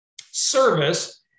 Service